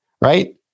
right